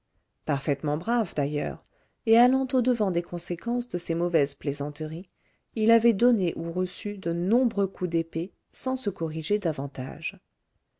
parfaitement brave d'ailleurs et allant au-devant des conséquences de ses mauvaises plaisanteries il avait donné ou reçu de nombreux coups d'épée sans se corriger davantage